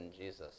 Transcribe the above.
Jesus